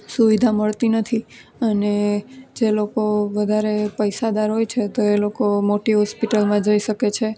સુવિધા મળતી નથી અને જે લોકો વધારે પૈસાદાર હોય છે તો એ લોકો મોટી હોસ્પિટલમાં જઈ શકે છે